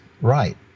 right